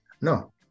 No